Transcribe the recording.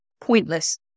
pointless